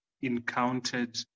encountered